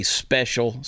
special